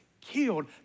killed